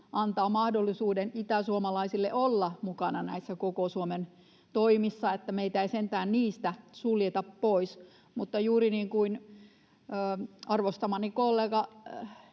antaa mahdollisuuden itäsuomalaisille olla mukana näissä koko Suomen toimissa, niin että meitä ei sentään niistä suljeta pois. Mutta juuri niin kuin arvostamani kollega,